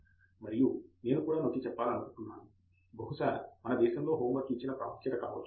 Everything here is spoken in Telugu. ఫణి కుమార్ మరియు నేను కూడా నొక్కి చెప్పాలనుకుంటున్నాను బహుశా మన దేశములో హోంవర్క్ కి ఇచ్చిన ప్రాముఖ్యత కావచ్చు